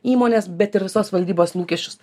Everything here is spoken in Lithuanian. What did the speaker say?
įmonės bet ir visos valdybos lūkesčius